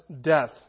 death